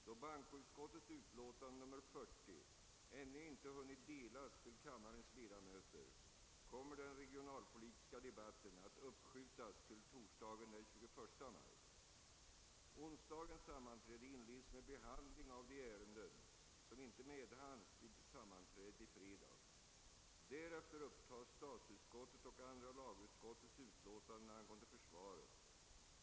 Då bankoutskottets utlåtande nr 40 ännu inte hunnit delas till kammarens ledamöter kommer den regionalpolitiska debatten att uppskjutas till torsdagen den 21 maj. Onsdagens sammanträde inleds med behandling av de ärenden, som inte medhanns vid sammanträdet i fredags. Därefter upptas statsutskottets och andra lagutskottets utlåtanden angående försvaret.